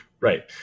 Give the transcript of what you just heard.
Right